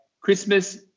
Christmas